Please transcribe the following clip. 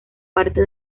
parte